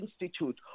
institute